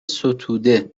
ستوده